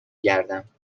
گردم